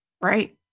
Right